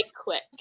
Quick